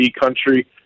country